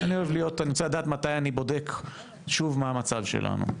אני רוצה לדעת מתי אני בודק שוב מה המצב שלנו.